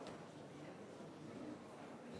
גילי,